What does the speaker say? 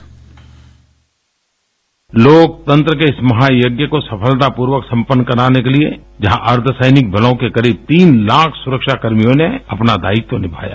bite लोकतंत्र के इस महायज्ञ को समफलतापूर्वक सपन्न कराने के लिए जहां अर्द्धसैनिक बलों के करीब तीन लाख सुरक्षाकर्मियों ने अपना दायित्व निभाया